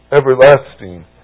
Everlasting